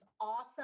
awesome